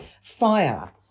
fire